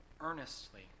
earnestly